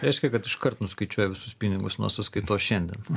reiškia kad iškart nuskaičiuoja visus pinigus nuo sąskaitos šiandien